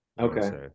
okay